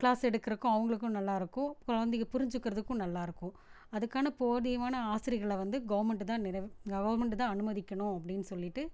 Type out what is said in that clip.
class எடுக்கிறக்கும் அவங்களுக்கும் நல்லாயிருக்கும் குழந்தைக புரிஞ்சிக்கிறதுக்கும் நல்லாருக்கும் அதுக்கான போதியமான ஆசிரியர்களை வந்து கவர்மெண்ட்டு தான் நிர கவர்மெண்ட்டு தான் அனுமதிக்கணும் அப்படின்னு சொல்லிட்டு